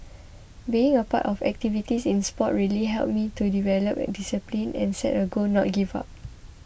being a part of activities in sport really helped me to develop a discipline and set a goal not give up